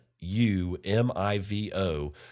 U-M-I-V-O